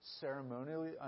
ceremonially